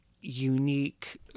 unique